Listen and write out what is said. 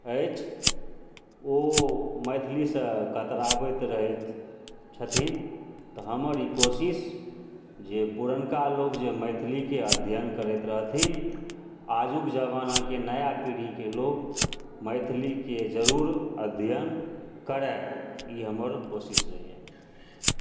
अछि ओ मैथिलीसँ कतराबैत रहैत छथिन तऽ हमर ई कोशिश जे पुरनका लोक जे मैथिलीकेँ अध्ययन करैत रहथिन आजुक जमानाके नया पीढ़ीके लोक मैथिलीकेँ जरूर अध्ययन करय ई हमर कोशिश रहैए